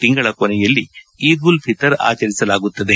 ತಿಂಗಳ ಕೊನೆಯಲ್ಲಿ ಈದ್ ಉಲ್ ಫಿತರ್ ಆಚರಿಸಲಾಗುತ್ತದೆ